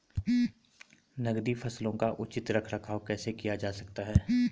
नकदी फसलों का उचित रख रखाव कैसे किया जा सकता है?